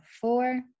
four